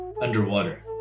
underwater